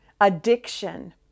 addiction